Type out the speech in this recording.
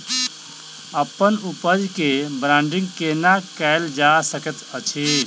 अप्पन उपज केँ ब्रांडिंग केना कैल जा सकैत अछि?